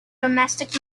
domestic